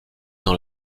dans